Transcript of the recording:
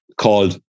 called